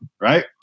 right